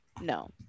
No